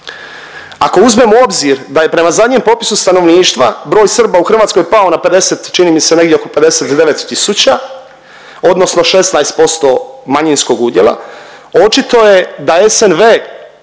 Ako uzmemo u obzir da je prema zadnjem popisu stanovništva broj Srba u Hrvatskoj pao na 50 čini mi se negdje oko 59 tisuća odnosno 16% manjinskog udjela očito je da SNV